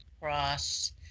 cross